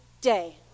day